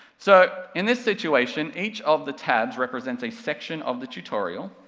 so, in this situation, each of the tabs represents a section of the tutorial,